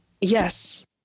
Yes